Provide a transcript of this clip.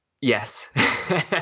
Yes